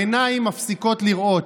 העיניים מפסיקות לראות,